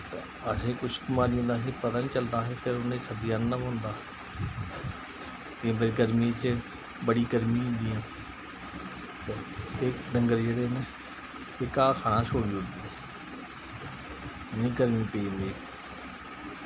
ते असेंगी कुछ बमारियें दा पता निं चलदा असें फिर उनेंगी सद्धी आहनना पौंदा फिर अग्गें गर्मी च बड़ी गर्मी होई जंदी ते डंगर जेह्ड़े न एह् घाह् खाना छोड़ी ओड़दे उ'नेंगी गर्मी पेई जंदी ऐ